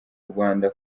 rwanda